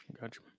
Gotcha